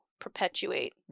perpetuate